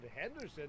Henderson